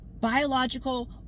biological